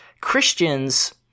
Christians